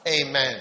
Amen